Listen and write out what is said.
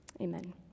amen